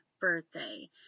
birthday